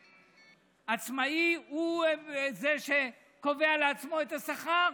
עצמאי הוא זה שקובע לעצמו את השכר,